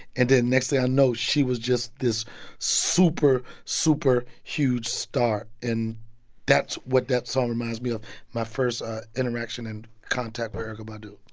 and then next thing i know, she was just this super, super huge star. and that's what that song reminds me of my first interaction and contact with but erykah badu